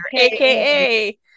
aka